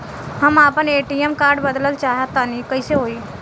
हम आपन ATM card बदलल चाह तनि कइसे होई?